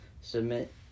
Submit